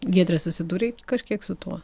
giedre susidūrei tu kažkiek su tuo